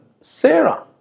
Sarah